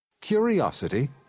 Curiosity